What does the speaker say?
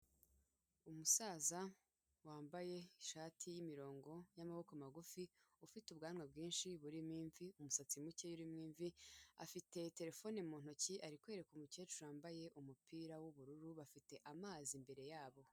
Umusaza wambaye ishati y'imirongo y'amaboko magufi, ufite ubwanwa bwinshi burimo imvi, umusatsi muke urimo imvi, afite terefone mu ntoki ari kwereka umukecuru wambaye umupira w'ubururu, bafite amazi imbere ya bo.